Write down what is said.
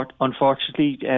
Unfortunately